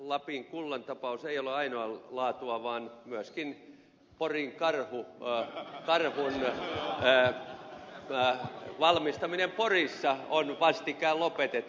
lapin kullan tapaus ei ole ainoa laatuaan vaan myöskin porin karhun valmistaminen porissa on vastikään lopetettu